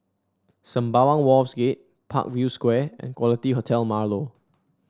Sembawang Wharves Gate Parkview Square and Quality Hotel Marlow